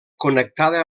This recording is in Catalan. connectada